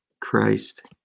Christ